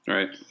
Right